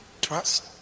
Trust